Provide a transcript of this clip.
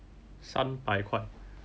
三百块